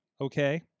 Okay